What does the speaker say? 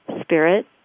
spirit